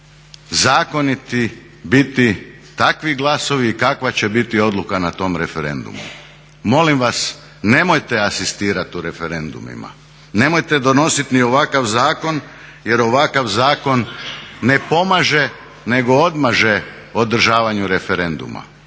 zakoniti biti takvi glasovi i kakva će biti odluka na tom referendumu. Molim vas nemojte asistirat u referendumima, nemojte donosit ni ovakav zakon jer ovakav zakon ne pomaže nego odmaže održavanju referenduma.